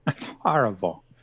horrible